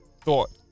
thought